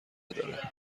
داره